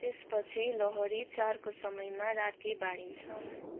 त्यसपछि लोहरी चाडको समयमा राती बाँडिन्छ